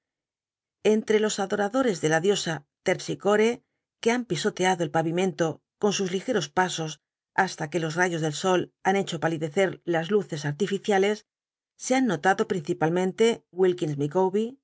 enlr'c lo adoradores de la diosa terpsícore que han pisoteado el pavimento con sus ligeros pasos hasta que los rayos del sol han hecho palidecer las luces artificiales se han notado principalmente